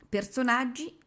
Personaggi